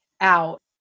out